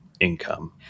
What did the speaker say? income